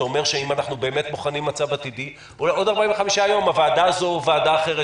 וזה אומר שאם אנחנו בוחנים מצב עתידי עוד 45 הוועדה הזו או ועדה אחרת,